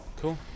cool